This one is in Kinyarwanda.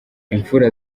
imfura